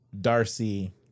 darcy